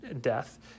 death